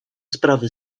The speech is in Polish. sprawy